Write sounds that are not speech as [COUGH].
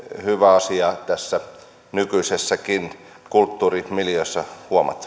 hyvä asia tässä nykyisessäkin kulttuurimiljöössä huomata [UNINTELLIGIBLE]